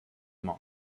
monk